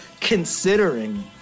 considering